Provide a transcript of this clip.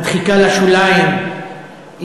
הדחיקה לשוליים,